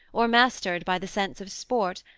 or mastered by the sense of sport,